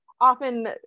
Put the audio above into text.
often